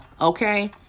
Okay